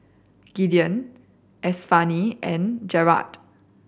Gideon Estefany and Gerard